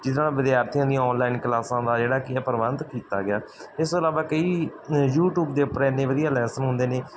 ਜਿਹਦੇ ਨਾਲ ਵਿਦਿਆਰਥੀਆਂ ਦੀ ਆਨਲਾਈਨ ਕਲਾਸਾਂ ਦਾ ਜਿਹੜਾ ਕੀ ਹੈ ਪ੍ਰਬੰਧ ਕੀਤਾ ਗਿਆ ਇਸ ਤੋਂ ਇਲਾਵਾ ਕਈ ਯੂਟੂਬ ਦੇ ਉੱਪਰ ਇੰਨੇ ਵਧੀਆ ਲੈਸਨ ਹੁੰਦੇ ਨੇ